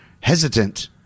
hesitant